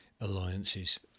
alliances